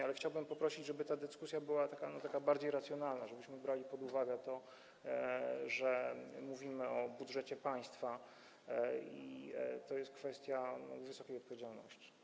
Jednak chciałbym poprosić, żeby ta dyskusja była taka bardziej racjonalna, żebyśmy brali pod uwagę to, że mówimy o budżecie państwa, a to jest kwestia wysokiej odpowiedzialności.